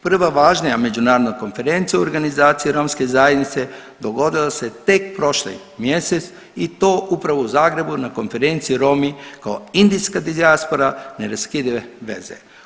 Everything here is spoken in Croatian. Prva važnija međunarodna konferencija u organizaciji romske zajednice dogodila se tek prošli mjesec i to upravo u Zagrebu na konferenciji „Romi kao indijska dijaspora - neraskidive veze“